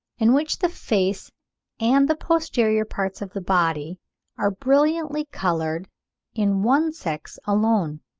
in which the face and the posterior parts of the body are brilliantly coloured in one sex alone.